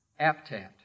Aptat